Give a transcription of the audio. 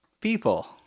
people